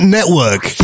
Network